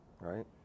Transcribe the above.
Right